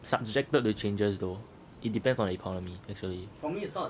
subjected to changes though it depends on economy actually